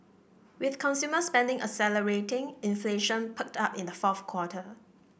with consumer spending accelerating inflation perked up in the fourth quarter